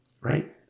right